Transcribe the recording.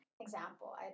Example